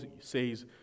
says